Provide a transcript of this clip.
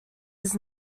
his